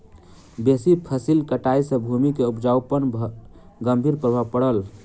बेसी फसिल कटाई सॅ भूमि के उपजाऊपन पर गंभीर प्रभाव पड़ल